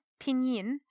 pinyin